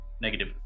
Negative